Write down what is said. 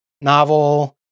novel